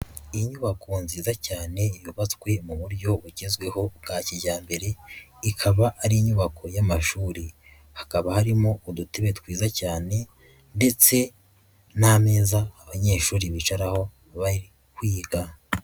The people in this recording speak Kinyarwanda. Inyubako nziza cyane yubatswe mu buryo bugezweho bwa kijyambere ikaba ari inyubako y'amashuri, hakaba harimo udutebe twiza cyane ndetse n'ameza abanyeshuri bicaraho bari kwiga.